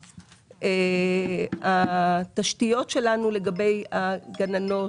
התשתיות שלנו לגבי הגננות,